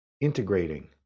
Integrating